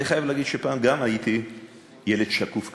אני חייב להגיד שפעם גם הייתי ילד שקוף כזה.